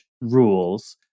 rules